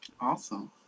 Awesome